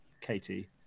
Katie